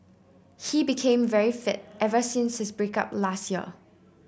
he became very fit ever since his break up last year